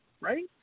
Right